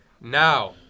Now